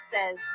Says